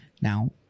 Now